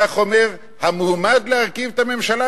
כך אומר המועמד להרכיב את הממשלה,